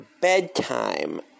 bedtime